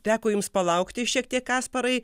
teko jums palaukti šiek tiek kasparai